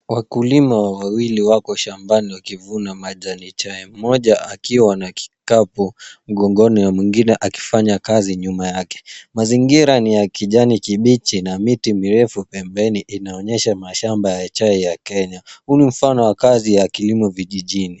Wakulima wawili wako shambani wakivuna majani chai, mmoja akiwa na kikapu mgongoni na mwengine akifanya kazi nyuma yake. Mazingira ni ya kijani kibichi na miti mirefu pembeni inaonyesha mashamba ya chai ya Kenya. Huu ni mfano wa kazi ya kilimo vijijini.